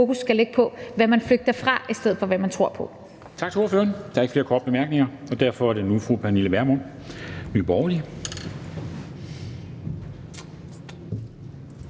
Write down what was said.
skal ligge på, hvad man flygter fra, i stedet for hvad man tror på.